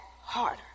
harder